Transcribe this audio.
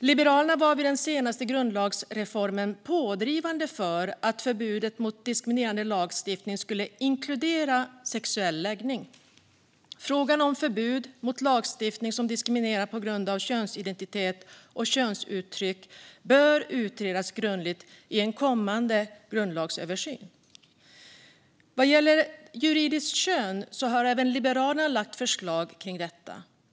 Liberalerna var vid den senaste grundlagsreformen pådrivande för att förbudet mot diskriminerande lagstiftning skulle inkludera sexuell läggning. Frågan om förbud mot lagstiftning som diskriminerar på grund av könsidentitet och könsuttryck bör utredas grundligt i en kommande grundlagsöversyn. Vad gäller juridiskt kön har även Liberalerna lagt förslag om detta.